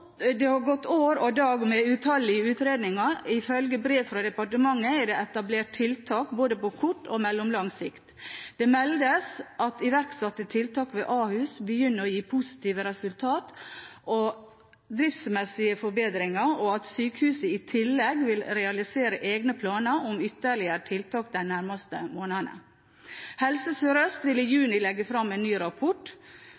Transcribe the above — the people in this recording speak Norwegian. år og dag med utallige utredninger. Ifølge brev fra departementet er det etablert tiltak på både kort og mellomlang sikt. Det meldes at iverksatte tiltak ved Ahus begynner å gi positive resultater og driftsmessige forbedringer, og at sykehuset i tillegg vil realisere egne planer om ytterligere tiltak de nærmeste månedene. Helse Sør-Øst vil i